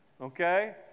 okay